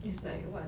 it's like what